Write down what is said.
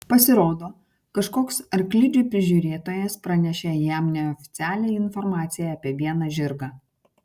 pasirodo kažkoks arklidžių prižiūrėtojas pranešė jam neoficialią informaciją apie vieną žirgą